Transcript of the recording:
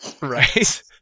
right